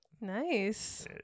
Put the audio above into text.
Nice